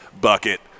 bucket